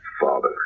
father